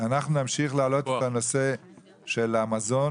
אנחנו נמשיך להעלות את הנושא של המזון,